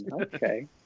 Okay